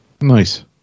Nice